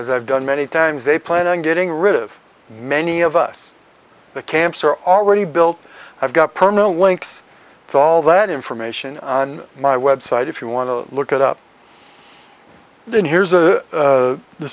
i've done many times they plan on getting rid of many of us the camps are already built i've got permanent links to all that information on my website if you want to look it up then here's